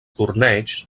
torneigs